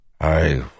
I